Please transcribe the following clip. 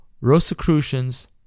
Rosicrucians